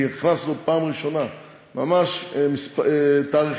כי הכנסנו בפעם ראשונה ממש תאריכים,